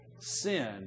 sin